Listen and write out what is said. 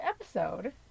episode